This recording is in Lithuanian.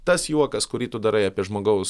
tas juokas kurį tu darai apie žmogaus